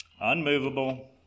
unmovable